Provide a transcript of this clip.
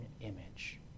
image